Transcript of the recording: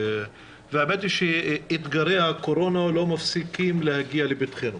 האמת היא שאתגרי הקורונה לא מפסיקים להגיע לפתחנו.